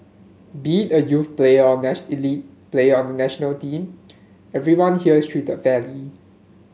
be it a youth player or an elite player on the national team everyone here is treated fairly